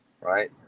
right